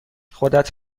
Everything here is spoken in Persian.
خودت